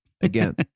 again